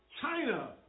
China